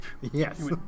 Yes